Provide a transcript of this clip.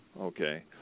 Okay